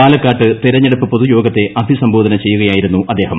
പാലക്കാട്ട് തെരഞ്ഞെടുപ്പ് പൊതു യോഗത്തെ അഭിസംബോധന ചെയ്യുകയായിരുന്നു അദ്ദേഹം